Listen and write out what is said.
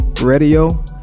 Radio